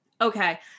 Okay